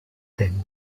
them